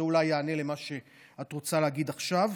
זה אולי יענה על מה שאת רוצה להגיד עכשיו,